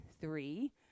three